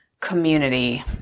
community